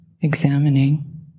examining